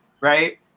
right